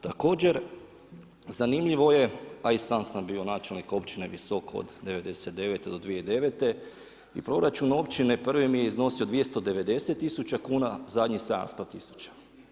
Također zanimljivo je, a i sam sam bio načelnik Općine Visoko od '99. do 2009. i proračun općine prvi mi je iznosi 290 tisuća kuna, zadnji 700 tisuće.